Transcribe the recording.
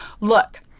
Look